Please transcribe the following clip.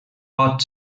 pot